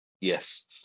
Yes